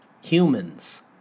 humans